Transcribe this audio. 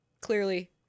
clearly